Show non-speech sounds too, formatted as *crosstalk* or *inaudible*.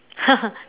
*laughs*